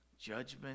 Judgment